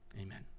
Amen